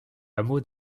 hameau